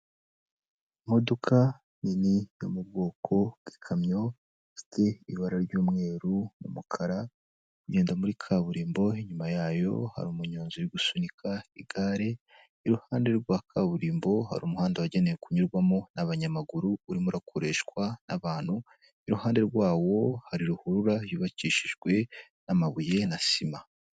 Imodoka nini yo mu bwoko bw'ikamyo, ifite ibara ry'umweru, umukara igenda muri kaburimbo inyuma yayo, hari umunyonzi uri gusunika igare, iruhande rwa kaburimbo hari umuhanda wagenewe kunyurwamo n'abanyamaguru, urimo akoreshwa abantu iruhande rwawo hari ruhurura yubakishijwe n'amabuye na sima.